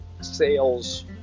sales